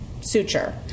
suture